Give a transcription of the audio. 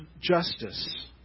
justice